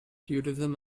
tourism